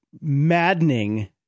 maddening